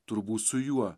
turbūt su juo